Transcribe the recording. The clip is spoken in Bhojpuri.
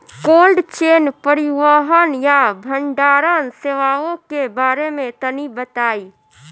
कोल्ड चेन परिवहन या भंडारण सेवाओं के बारे में तनी बताई?